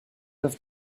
have